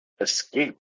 Escape